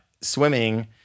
swimming